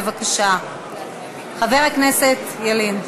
בבקשה, חבר הכנסת ילין.